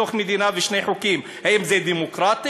מדינה בתוך מדינה בשני חוקים, האם זה דמוקרטי?